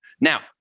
Now